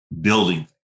building